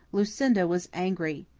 lucinda was angry.